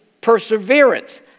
perseverance